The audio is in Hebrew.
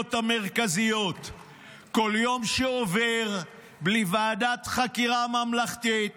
לשאלות המרכזיות"; "כל יום שעובר בלי ועדת חקירה ממלכתית